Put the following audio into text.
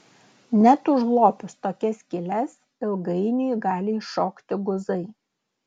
net užlopius tokias skyles ilgainiui gali iššokti guzai